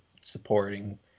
supporting